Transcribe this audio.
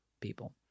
people